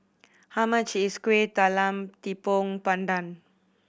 how much is Kueh Talam Tepong Pandan